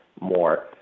more